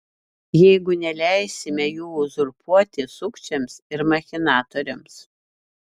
jeigu neleisime jų uzurpuoti sukčiams ir machinatoriams